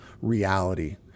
reality